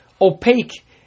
opaque